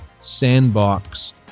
sandbox